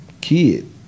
kid